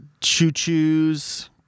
choo-choos